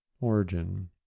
Origin